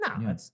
No